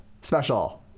special